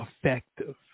effective